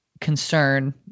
concern